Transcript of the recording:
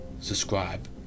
subscribe